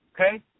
Okay